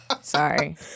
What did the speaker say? Sorry